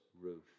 Ruth